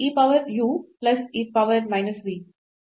e power u plus e power minus v